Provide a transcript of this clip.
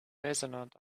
resonant